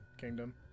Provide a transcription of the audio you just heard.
Kingdom